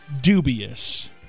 dubious